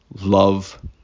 love